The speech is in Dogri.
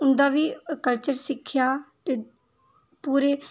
उं'दा बी कल्चर सिक्खेआ ते पूरे